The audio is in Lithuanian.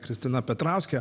kristina petrauske